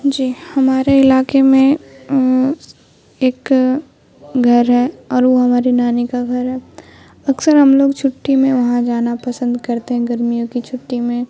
جی ہمارے علاقے میں ایک گھر ہے اور وہ ہماری نانی کا گھر ہے اکثر ہم لوگ چھٹی میں وہاں جانا پسند کرتے ہیں گرمیوں کی چھٹی میں